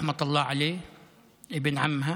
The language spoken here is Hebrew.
זיכרונו לברכה,